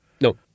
No